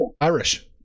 Irish